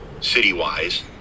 city-wise